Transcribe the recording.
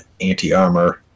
anti-armor